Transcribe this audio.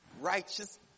righteous